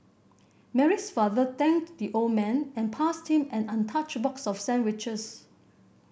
Mary's father thanked the old man and passed him an untouched box of sandwiches